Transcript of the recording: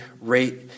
rate